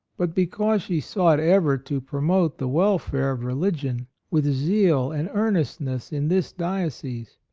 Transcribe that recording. but because she sought ever to promote the welfare of religion with zeal and earnest ness in this diocese.